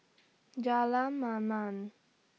Jalan Mamam